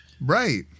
Right